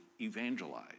evangelize